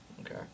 Okay